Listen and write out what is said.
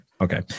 Okay